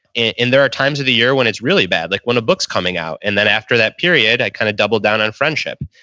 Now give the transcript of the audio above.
and and there are times of the year when it's really bad like when a book's coming out. and then after that period, i kind of double down on friendship.